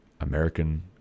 American